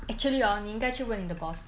actually hor 你应该问你的 boss